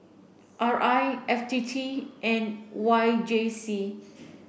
R I F T T and Y J C